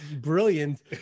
brilliant